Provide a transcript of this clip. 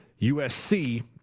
USC